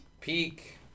Peak